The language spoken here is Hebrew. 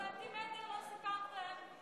סנטימטר לא סיפחתם.